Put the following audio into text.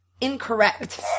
Incorrect